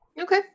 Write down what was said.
Okay